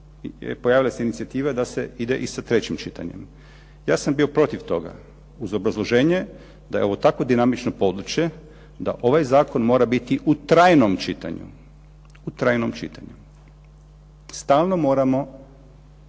pojavila se inicijativa da se ide i sa trećim čitanjem. Ja sam bio protiv toga uz obrazloženje, da je ovo tako dinamično područje da ovaj zakon mora biti u trajnom čitanju, u trajnom čitanju. Stalno moramo